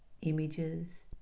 images